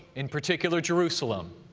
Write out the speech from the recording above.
in particular, jerusalem,